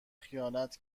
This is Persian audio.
خیانت